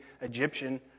Egyptian